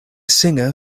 singer